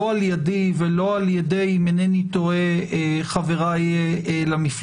לא על ידי ולא על ידי חבריי למפלגה.